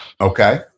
Okay